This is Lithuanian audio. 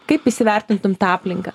kaip įsivertintum tą aplinką